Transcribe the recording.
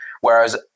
Whereas